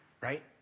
right